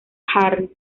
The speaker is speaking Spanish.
harris